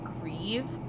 grieve